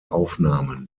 aufnahmen